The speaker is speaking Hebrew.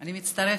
אני מצטרפת.